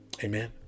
Amen